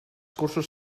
cursos